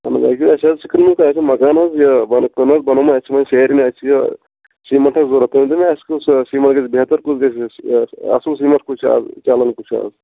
اَہَن حظ اَسہِ حظ چھِ کَرٕمٕژ مَکانَس یہِ بۅنہٕ کٕن نا بَنوومُت اَسہِ چھِ وۅنۍ سیٚرِ ویٚرِ یہِ چھُ یہِ سیٖمینٛٹ حظ ضروٗرت تُہۍ ؤنِو مےٚ اَسہِ کُس سیٖمینٛٹ گژھِ بَہتر کُس گژھِ اَسہِ آسُن اصٕل سیٖمیٹ کُس چھُ از چَلان کُس چھُ از